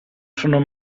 sono